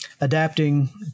adapting